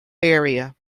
area